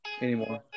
anymore